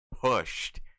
pushed